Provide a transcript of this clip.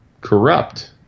corrupt